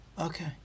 Okay